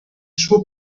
suo